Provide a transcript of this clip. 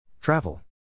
Travel